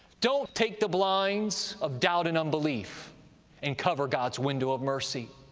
don't take the blinds of doubt and unbelief and cover god's window of mercy.